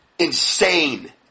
insane